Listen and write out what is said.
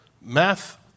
Math